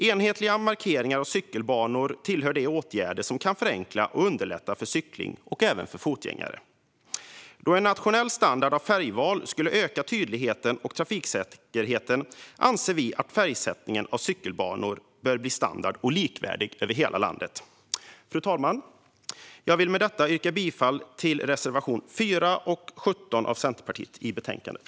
Enhetliga markeringar av cykelbanor tillhör de åtgärder som kan förenkla och underlätta för cyklister och fotgängare. Då en nationell standardisering kring färgval skulle öka tydligheten och trafiksäkerheten anser vi att färgsättningen av cykelbanor bör standardiseras och bli likvärdig över hela landet. Fru talman! Jag vill med detta yrka bifall till Centerpartiets reservationer 4 och 17 i betänkandet.